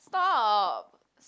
stop